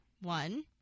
one